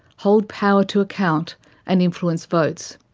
hold power to account and influence votes,